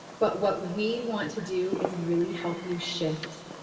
but what we want to do is really help you shift,